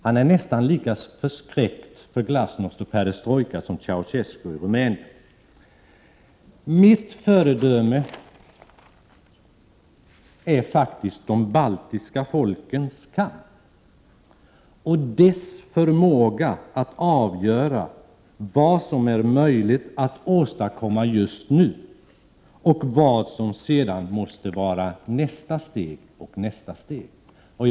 Han är nästan lika förskräckt över glasnost och perestrojka som Ceausescu i Rumänien. Mitt föredöme är faktiskt de baltiska folkens kamp och dessa folks förmåga att avgöra vad som är möjligt att åstadkomma just nu och vad som sedan måste vara nästa steg och steget därefter.